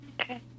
Okay